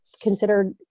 considered